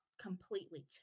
completely